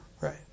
right